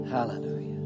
Hallelujah